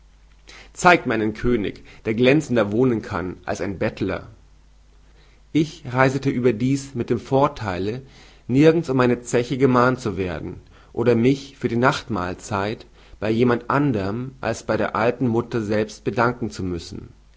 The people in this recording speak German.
zeigt mir einen könig der glänzender wohnen kann als ein bettler ich reisete überdies mit dem vortheile nirgend um meine zeche gemahnt zu werden oder mich für die nachtmahlzeit bei jemand anderm als bei der alten mutter selbst bedanken zu müssen